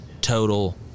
total